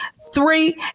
three